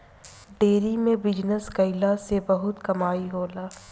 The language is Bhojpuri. डेरी के बिजनस कईला से बहुते कमाई होला